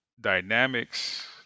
dynamics